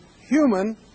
human